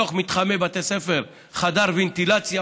המדינה תקים בתוך מתחמי בתי ספר חדר ונטילציה,